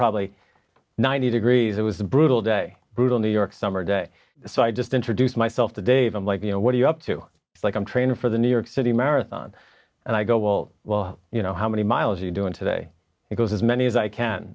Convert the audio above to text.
probably ninety degrees it was a brutal day brutal new york summer day so i just introduced myself to dave i'm like you know what are you up to like i'm training for the new york city marathon and i go well well you know how many miles are you doing today because as many as i can